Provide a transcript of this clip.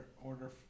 order